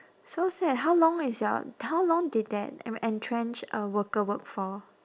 so sad how long is your how long did that ene~ retrenched uh worker work for